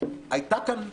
הייתה כאן פרישה,